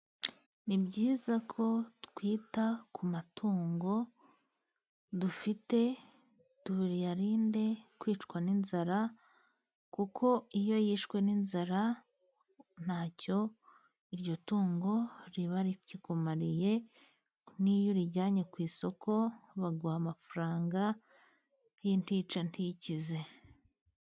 Ni byiza ko twita ku matungo dufite tuyarinde kwicwa n'inzara, kuko iyo yishwe n'inzara ntacyo iryo tungo riba rikikumariye ,n'iyo urijyanye ku isoko baguha amafaranga y'intica ntikize.